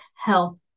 health